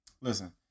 Listen